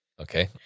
Okay